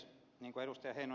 niin kuin ed